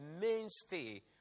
mainstay